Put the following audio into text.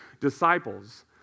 disciples